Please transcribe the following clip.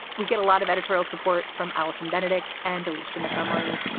we get a lot of editorial support from allison benedikt and alicia montgomery.